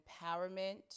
empowerment